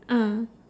ah